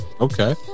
Okay